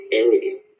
arrogant